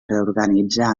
reorganitzar